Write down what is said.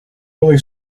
really